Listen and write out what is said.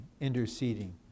interceding